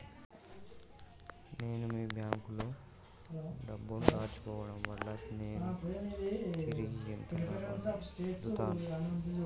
నేను మీ బ్యాంకులో డబ్బు ను దాచుకోవటం వల్ల నేను తిరిగి ఎంత లాభాలు పొందుతాను?